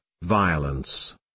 Violence